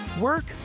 Work